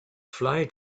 fly